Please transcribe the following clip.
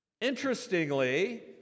Interestingly